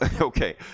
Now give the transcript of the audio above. okay